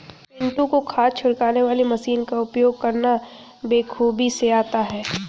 पिंटू को खाद छिड़कने वाली मशीन का उपयोग करना बेखूबी से आता है